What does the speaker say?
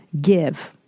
give